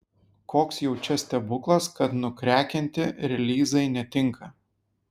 koks jau čia stebuklas kad nukrekinti relyzai netinka